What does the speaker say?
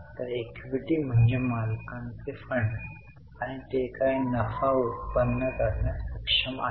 तर इक्विटी म्हणजे मालकांचे फंड आणि ते काय नफा उत्पन्न करण्यास सक्षम आहेत